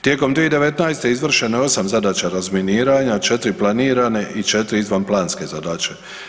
Tijekom 2019. izvršeno je 8 zadaća razminiranja, 4 planirane i 4 izvanplanske zadaće.